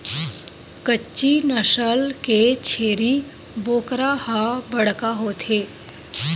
कच्छी नसल के छेरी बोकरा ह बड़का होथे